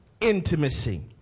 intimacy